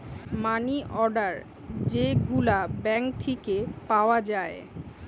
মানি order যে গুলা bank থিকে পাওয়া যায়